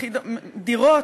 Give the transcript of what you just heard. דירות,